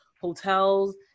hotels